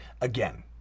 again